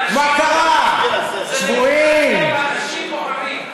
זו דמוקרטיה ואנשים בוחרים.